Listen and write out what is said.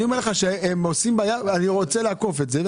הם עושים בעיה ואני רוצה לעקוף את זה.